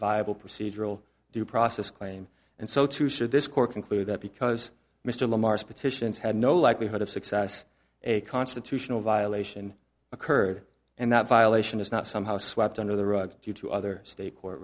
viable procedural due process claim and so too should this court conclude that because mr lamar's petitions had no likelihood of success a constitutional violation occurred and that violation is not somehow swept under the rug due to other state court